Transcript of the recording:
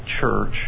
church